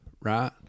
right